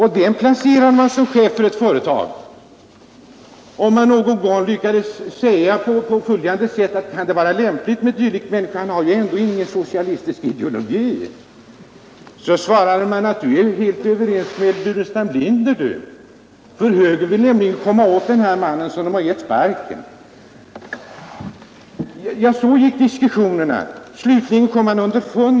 Honom placerade man som chef för ett av de statliga företagen. Om någon sade: Kan det vara lämpligt med en dylik människa, han har ju ändå ingen socialistisk ideologi? så svarades: Du är helt överens med Burenstam Linder. Högern vill nämligen komma åt den här mannen, som de har gett sparken.